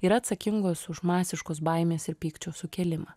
yra atsakingos už masiškos baimės ir pykčio sukėlimą